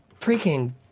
freaking